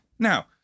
Now